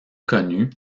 connus